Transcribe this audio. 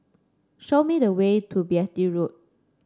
show me the way to Beatty Road